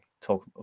talk